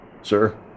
Sir